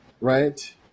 right